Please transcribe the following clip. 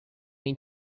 mean